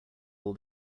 all